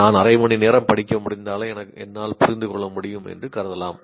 நான் அரை மணி நேரம் படிக்க முடிந்தாலே என்னால் புரிந்து கொள்ள முடியும் என்று கருதலாம்